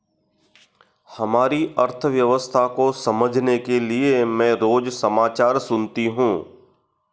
हमारी अर्थव्यवस्था को समझने के लिए मैं रोज समाचार सुनती हूँ